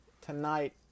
tonight